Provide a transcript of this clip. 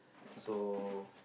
so